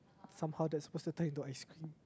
somehow that's supposed to turn into ice cream